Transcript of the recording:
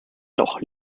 noch